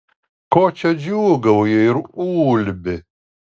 ko čia džiūgauji ir ulbi